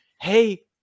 hey